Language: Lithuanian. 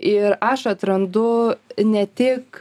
ir aš atrandu ne tik